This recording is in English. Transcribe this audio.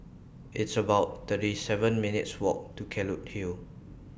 It's about thirty seven minutes' Walk to Kelulut Hill